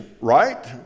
right